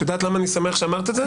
את יודעת למה אני שמח שאמרת את זה?